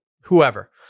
whoever